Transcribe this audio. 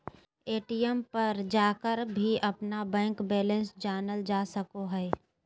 ATM पर जाकर भी अपन बैंक बैलेंस जानल जा सको हइ